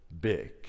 big